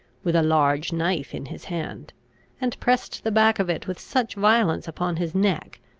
with a large knife in his hand and pressed the back of it with such violence upon his neck,